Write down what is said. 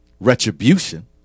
retribution